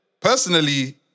Personally